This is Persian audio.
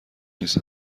نیز